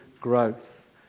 growth